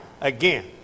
again